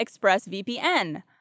ExpressVPN